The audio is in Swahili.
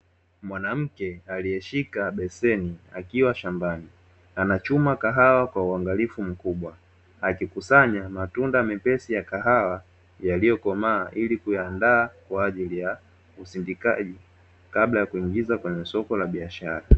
Mwanamke aliyeshika beseni akiwa shambani. Anachuma kahawa kwa uangalifu mkubwa, akikusanya matunda mepesi ya kahawa yaliyokomaa ili kuyaandaa kwa ajili ya usindikaji, kabla ya kuingiza kwenye soko la biashara.